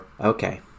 okay